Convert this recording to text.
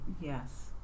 yes